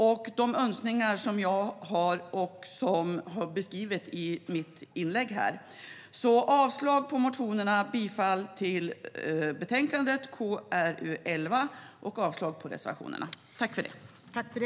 Det är de önskningarna som jag har redogjort för i mitt anförande. Jag yrkar avslag på motionerna och reservationerna och bifall till utskottets förslag i betänkande KrU11.